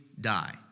die